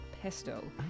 pesto